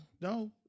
no